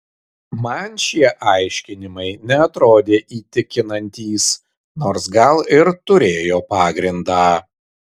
man šie aiškinimai neatrodė įtikinantys nors gal ir turėjo pagrindą